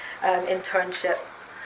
internships